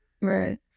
Right